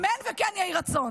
אמן כן יהי רצון.